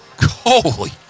Holy